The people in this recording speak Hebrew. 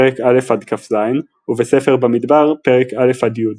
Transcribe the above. פרק א'-כז ובספר במדבר, פרק א'-י.